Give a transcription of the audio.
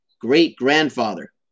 great-grandfather